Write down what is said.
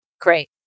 Great